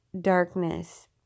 darkness